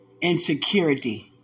insecurity